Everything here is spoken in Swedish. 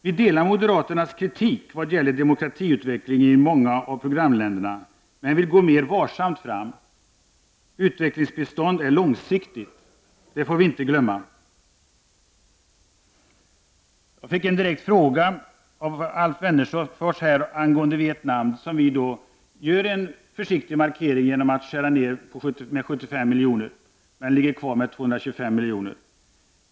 Vi delar moderaternas kritik vad gäller demokratiutvecklingen i många av programländerna. Men vi vill gå mer varsamt fram. Utvecklingsbistånd är långsiktigt — det får vi inte glömma. Jag fick en direkt fråga av Alf Wennerfors angående Vietnam. Vi i folkpartiet vill där göra en försiktig markering genom att skära ned biståndet med 75 milj.kr., så att det hamnar på en nivå av 225 milj.kr.